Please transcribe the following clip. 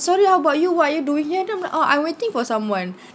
sorry how about you what are you doing here then I'm like oh I'm waiting for someone